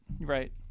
Right